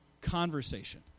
conversation